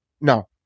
No